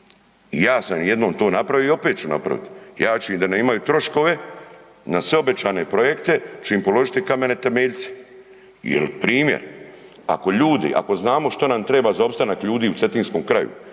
Ja sam jednom to napravio i opet ću napravit, ja ću im da ne imaju troškove na sve obećane projekte ću im položiti kamene temeljce. Jel primjer ako ljudi, ako znamo što nam treba za opstanak ljudi u cetinskom kraju,